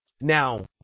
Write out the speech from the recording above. Now